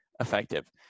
effective